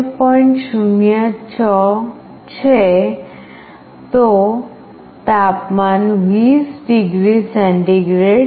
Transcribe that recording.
06 છે તો તાપમાન 20 ડિગ્રી સેન્ટીગ્રેડ છે